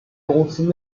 公司